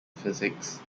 physics